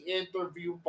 interview